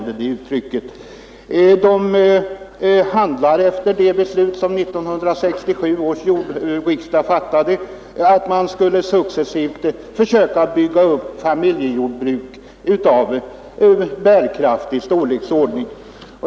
De handlar efter det beslut som 1967 års riksdag fattade — att man skulle försöka att successivt bygga upp familjejordbruk av bärkraftig storleksordning.